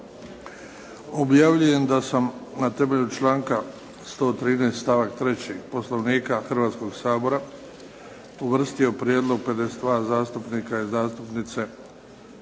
objavljujem da sam na temelju članka 113. stavak 3. Poslovnika Hrvatskog sabora uvrstio Prijedlog 52 zastupnika i zastupnice u